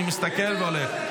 אני מסתכל והולך.